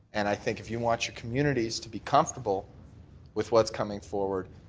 and i think if you want your communities to be comfortable with what's coming forward,